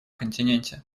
континенте